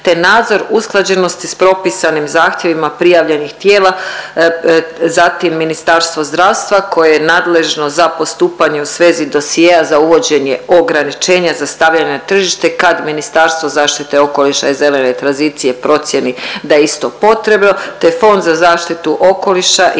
te nadzor usklađenosti s propisanim zahtjevima prijavljenih tijela, zatim Ministarstvo zdravstva koje je nadležno za postupanje u svezi dosjea za uvođenje ograničenja za stavljanje na tržište kad Ministarstvo zaštite okoliša i zelene tranzicije procijeni da je isto potrebno te Fond za zaštitu okoliša